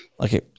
Okay